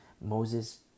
Moses